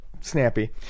snappy